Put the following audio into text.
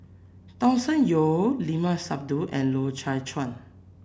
Thomas Yeo Limat Sabtu and Loy Chye Chuan